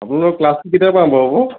আপোনালোকৰ ক্লাছটো কেতিয়াৰ পৰা আৰম্ভ হ'ব